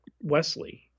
Wesley